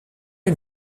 une